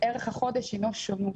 ערך החודש הינו שונות,